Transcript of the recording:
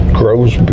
grows